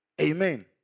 Amen